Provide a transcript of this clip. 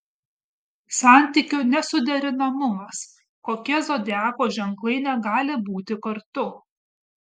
santykių nesuderinamumas kokie zodiako ženklai negali būti kartu